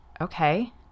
okay